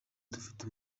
dufite